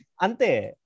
Ante